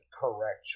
correct